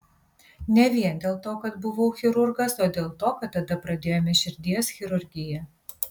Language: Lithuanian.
ne vien dėl to kad buvau chirurgas o dėl to kad tada pradėjome širdies chirurgiją